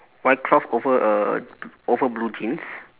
white cloth over a over blue jeans